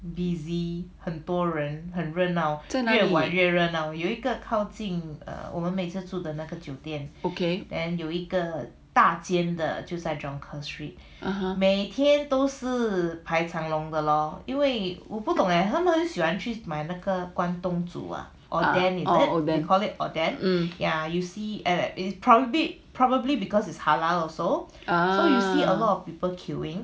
okay then ah okay